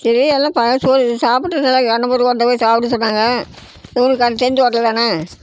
சரி எல்லாம் பாத் சொல் சாப்புட்டு நல்லா அன்னபூர்ணா ஹோட்டல் போய் சாப்பிட்டு சொன்னாங்க உனக்கு அது தெரிஞ்ச ஹோட்டல் தானே